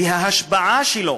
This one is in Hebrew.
וההשפעה שלו,